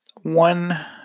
one